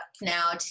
now